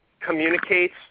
communicates